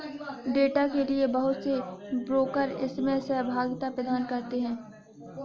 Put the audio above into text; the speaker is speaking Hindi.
डेटा के लिये बहुत से ब्रोकर इसमें सहभागिता प्रदान करते हैं